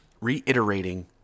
reiterating